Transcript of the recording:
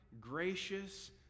gracious